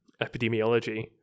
epidemiology